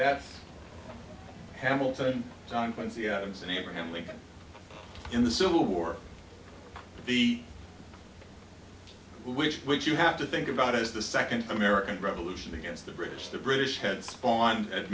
quincy adams and abraham lincoln in the civil war the which which you have to think about is the second american revolution against the british the british had spawn and